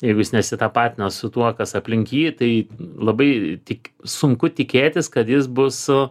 jeigu jis nesitapatina su tuo kas aplink jį tai labai tik sunku tikėtis kad jis bus su